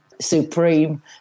supreme